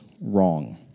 wrong